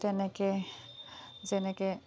তেনেকৈ যেনেকৈ